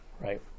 Right